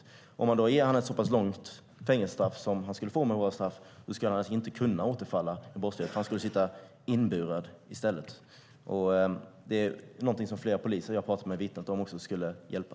Jag drar då slutsatsen att om man ger honom ett så pass långt fängelsestraff så skulle han naturligtvis inte kunna återfalla i brottslighet, för han skulle sitta inburad i stället. Det är också någonting som flera poliser som jag har pratat med vittnat om skulle hjälpa.